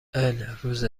الروز